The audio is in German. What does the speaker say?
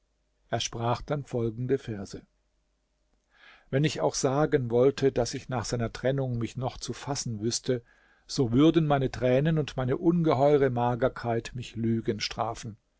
er sprach dann folgende verse wenn ich auch sagen wollte daß ich nach seiner trennung mich noch zu fassen wüßte so würden meine tränen und meine ungeheuere magerkeit mich lügen strafen